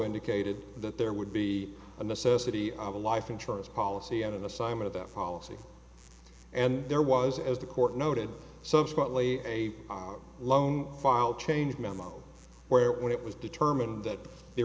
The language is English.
indicated that there would be a necessity of a life insurance policy on an assignment that fall asleep and there was as the court noted subsequently a loan file changed memo where when it was determined that the